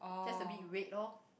just a bit red lor